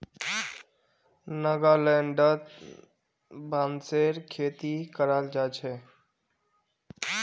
नागालैंडत बांसेर खेती कराल जा छे